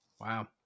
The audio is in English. Wow